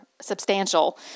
substantial